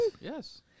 Yes